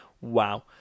Wow